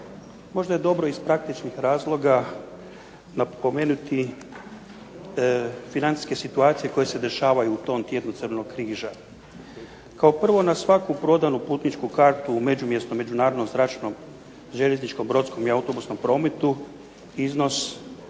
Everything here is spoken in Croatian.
Možda je dobro iz praktičnih razloga napomenuti financijske situacije koje se dešavaju u tom tjednu Crvenog križa. Kao prvo, na svaku prodanu putničku kartu u međumjesnom, međunarodnom, zračnom, željezničkom, brodskom i autobusnom prometu iznos